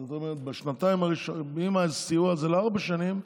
זאת אומרת, אם הסיוע הוא לארבע שנים,